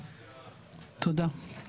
תודה.